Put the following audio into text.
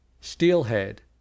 Steelhead